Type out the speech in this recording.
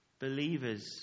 believers